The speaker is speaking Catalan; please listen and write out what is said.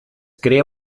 crea